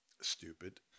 Stupid